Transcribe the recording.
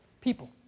people